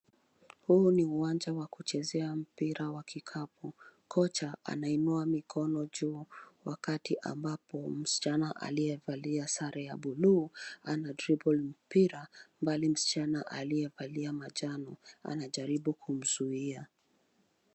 Huu ni uwanja wa kuchezea mpira wa kikapu. Kocha anainua mikono juu wakati ambapo msichana aliyevalia sare ya bluu anatupa mpira. Mbali msichana aliyevaa manjano anajaribu kumzuia.